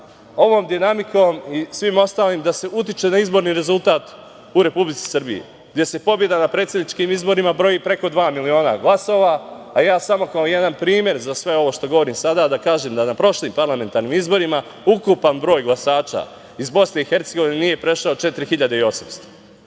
ovom dinamikom i svim ostalim utiče na izborni rezultat u Republici Srbiji, gde se pobeda na predsedničkim izborima broji preko dva miliona glasova. Samo jedan primer za sve ovo što govorim sada. Na prošlim parlamentarnim izborima ukupan broj glasača iz BiH nije prešao 4.800.